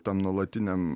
tam nuolatiniam